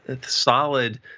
solid